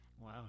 Wow